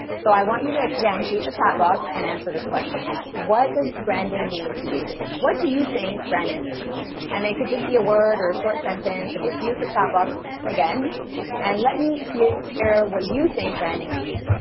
so i want you to again choose the chat box and answer this question what does branding mean to you? what do you think branding means and it could just be a word or a short sentence, so just use the chat box again and let me hear your what you think branding means.